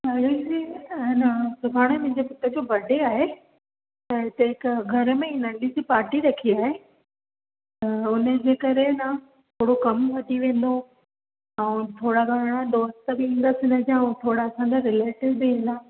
भाग्यश्री हेन सुभाणे मुंहिंजे पुट जो बर्डे आहे त हिते घर में नंढी सी पार्टी रखी आहे त उन जे करे न थोरो कमु वधी वेंदो ऐं थोरा घणा दोस्त बि ईंदसि इनजा थोरा संदसि रिलेटिव बि ईंदा